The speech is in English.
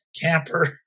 camper